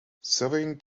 surveying